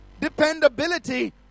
Dependability